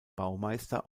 baumeister